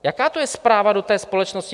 Jaká to je zpráva do té společnosti?